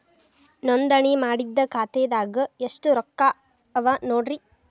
ನೋಂದಣಿ ಮಾಡಿದ್ದ ಖಾತೆದಾಗ್ ಎಷ್ಟು ರೊಕ್ಕಾ ಅವ ನೋಡ್ರಿ